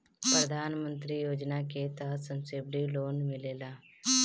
प्रधान मंत्री योजना के तहत सब्सिडी लोन मिलेला